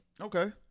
Okay